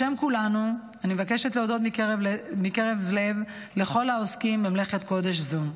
בשם כולנו אני מבקשת להודות מקרב לב לכל העוסקים במלאכת קודש זו.